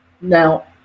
Now